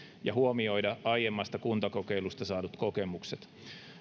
ja huomioida aiemmasta kuntakokeilusta saadut kokemukset